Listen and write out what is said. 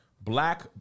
Black